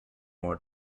more